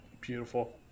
Beautiful